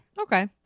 Okay